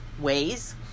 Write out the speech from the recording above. ways